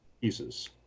pieces